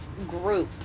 group